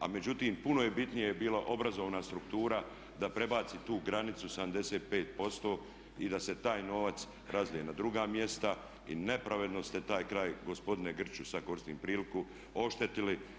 a međutim puno je bitnije bila obrazovna struktura da prebaci tu granicu 75% i da se taj novac razlije na druga mjesta i nepravedno ste taj kraj gospodine Grčiću sad koristim priliku oštetili.